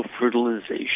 fertilization